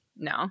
No